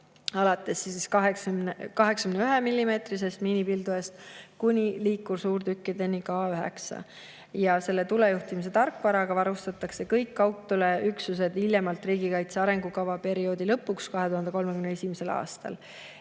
alates 81‑millimeetrisest miinipildujast kuni liikursuurtükkideni K9. Selle tulejuhtimise tarkvaraga varustatakse kõik kaudtule üksused hiljemalt riigikaitse arengukava perioodi lõpuks 2031. aastal.